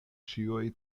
ĉiuj